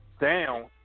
down